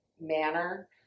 manner